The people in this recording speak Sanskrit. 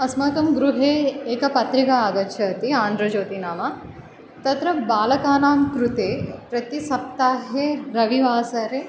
अस्माकं गृहे एक पत्रिका आगच्छति आन्द्रज्योति नाम तत्र बालकानां कृते प्रति सप्ताहे रविवासरे